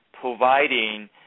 providing